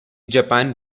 japan